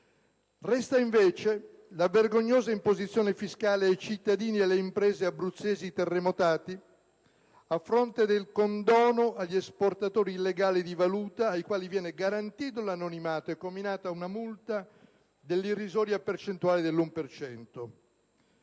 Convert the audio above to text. Resta, invece, la vergognosa imposizione fiscale ai cittadini e alle imprese abruzzesi terremotate, a fronte del condono agli esportatori illegali di valuta, ai quali viene garantito l'anonimato e comminata una multa dell'irrisoria percentuale dell'1